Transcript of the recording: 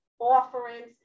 offerings